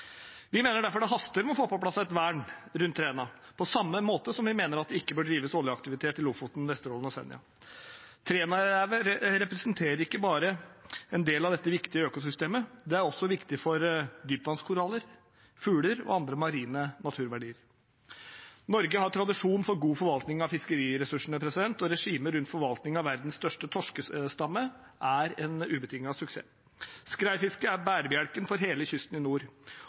Vi mener derfor det haster med å få på plass et vern rundt Træna, på samme måte som vi mener at det ikke bør drives oljeaktivitet i Lofoten, Vesterålen og Senja. Trænarevet representerer ikke bare en del av dette viktige økosystemet, det er også viktig for dypvannskoraller, fugler og andre marine naturverdier. Norge har tradisjon for god forvaltning av fiskeressursene, og regimet rundt forvaltningen av verdens største torskestamme er en ubetinget suksess. Skreifisket er bærebjelken for hele kysten i nord.